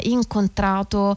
incontrato